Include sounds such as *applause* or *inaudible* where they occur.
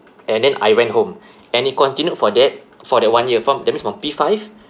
and then I went home *breath* and it continued for that for that one year from that means from P five